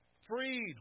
freed